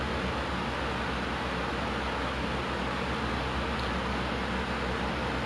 that masuk that programme jadi to have something to fall back on